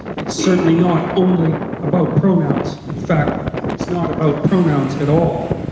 it's certainly not only about pronouns, in fact, it's not about pronouns at all.